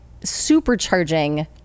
supercharging